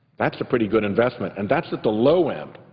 that's a pretty good investment and that's at the low end.